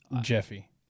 Jeffy